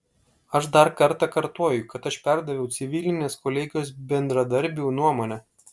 aš dar kartą kartoju kad aš perdaviau civilinės kolegijos bendradarbių nuomonę